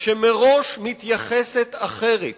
שמראש מתייחסת אחרת